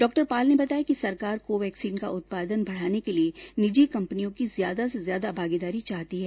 डॉ पॉल ने बताया कि सरकार कोवैक्सीन का उत्पादन बढ़ाने के लिए निजी कंपनियों की ज्यादा से ज्यादा भागीदारी चाहती है